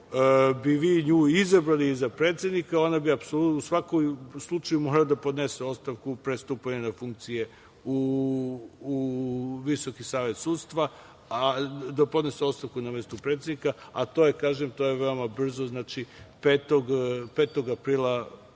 bi vi nju izabrali za predsednika, ona bi u svakom slučaju morala da podnese ostavku pre stupanja na funkciju u Visoki savet sudstva, da podnese ostavku na mesto predsednika. To je veoma brzo, 5. aprila